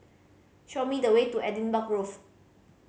show me the way to Edinburgh Road